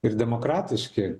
ir demokratiški